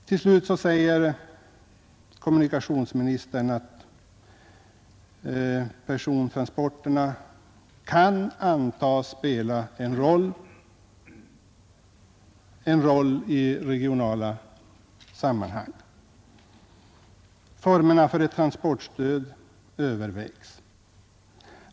Till slut säger kommunikationsministern att persontransporterna kan antas spela en roll i regionala sammanhang. Formerna för ett transportstöd övervägs.